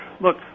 Look